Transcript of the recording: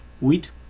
wheat